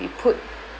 you put